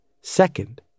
Second